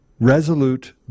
resolute